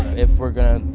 if we're gonna,